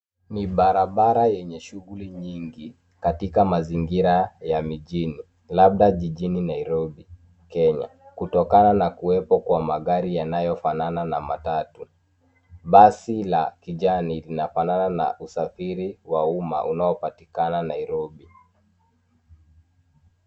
Ni barabara yenye shughuli nyingi katika mazingira ya mjini labda jijini Nairobi, Kenya kutokana nakuwepo kwa magari yanayo fanana na matatu. Basi la kijani linafanana na usafiri wa umma unaopatikana Nairobi.